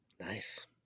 Nice